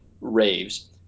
raves